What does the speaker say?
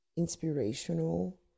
inspirational